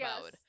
mode